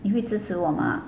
你会支持我吗